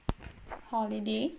holiday